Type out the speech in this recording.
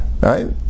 right